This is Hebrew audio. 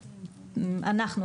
אנחנו,